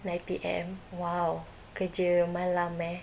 nine P_M !wow! kerja malam eh